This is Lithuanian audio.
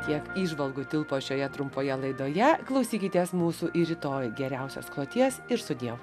tiek įžvalgų tilpo šioje trumpoje laidoje klausykitės mūsų ir rytoj geriausios kloties ir sudiev